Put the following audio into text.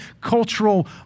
cultural